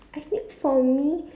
I think for me